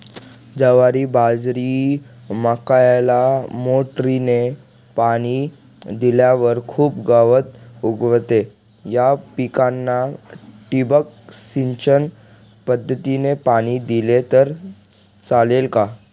ज्वारी, बाजरी, मक्याला मोटरीने पाणी दिल्यावर खूप गवत उगवते, या पिकांना ठिबक सिंचन पद्धतीने पाणी दिले तर चालेल का?